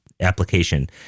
application